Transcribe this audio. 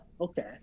okay